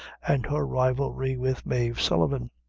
and her rivalry with mave sullivan.